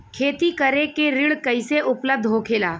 खेती करे के ऋण कैसे उपलब्ध होखेला?